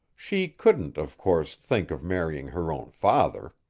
she couldn't, of course, think of marrying her own father.